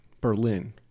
Berlin